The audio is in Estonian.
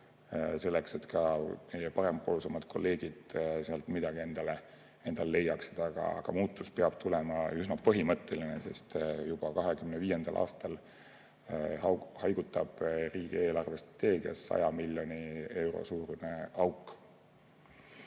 selleks et ka meie parempoolsemad kolleegid sealt midagi endale leiaksid. Aga muutus peab tulema üsna põhimõtteline, sest juba 2025. aastal haigutab riigi eelarvestrateegias 100 miljoni euro suurune auk.